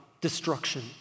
destruction